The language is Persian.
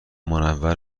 منور